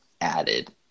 added